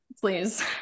please